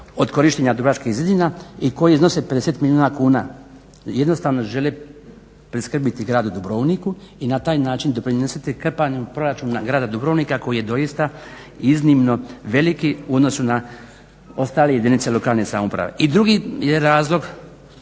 od korištenja Dubrovačkih zidina i koji iznosi 50 milijuna kuna jednostavno žele priskrbiti gradu Dubrovniku i na taj način doprinositi krpanjem proračuna grada Dubrovnika koji je doista iznimno veliki u odnosu na ostale jedinice lokalne samouprave. I drugi je razlog